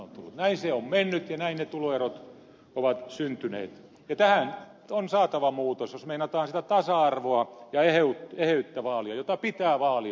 näin se on mennyt ja näin ne tuloerot ovat syntyneet ja tähän on saatava muutos jos meinataan sitä tasa arvoa ja eheyttä vaalia jota pitää vaalia